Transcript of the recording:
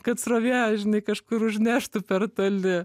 kad srovė žinai kažkur užneštų per toli